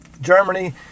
Germany